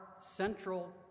central